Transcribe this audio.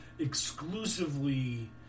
exclusively